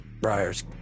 briar's